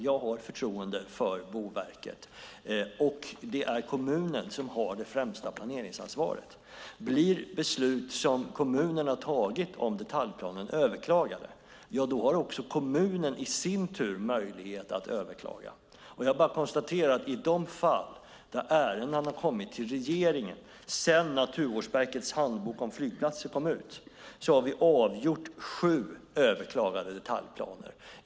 Jag har förtroende för Boverket, och det är kommunen som har det främsta planeringsansvaret. Blir beslut som kommunen har tagit om detaljplanen överklagade har också kommunen i sin tur möjlighet att överklaga. Jag bara konstaterar att i de fall där ärenden har kommit till regeringen sedan Naturvårdsverkets handbok om flygplatser kom ut har vi avgjort sju överklagade detaljplaner.